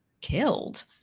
killed